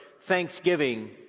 Thanksgiving